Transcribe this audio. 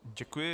Děkuji.